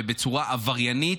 ובצורה עבריינית,